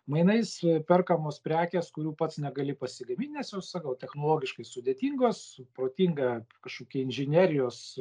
mainais perkamos prekės kurių pats negali pasigamint nes jos sakau technologiškai sudėtingos protinga kažkokie inžinerijos